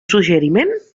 suggeriment